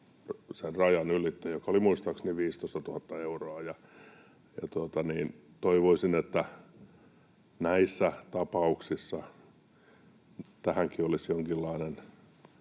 sen rajan ylitse, joka oli muistaakseni 15 000 euroa. Toivoisin, että näissä tapauksissa tähänkin olisi jonkinlainen